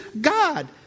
God